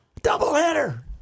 doubleheader